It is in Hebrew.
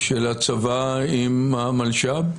של הצבא עם המלש"ב?